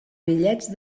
bitllets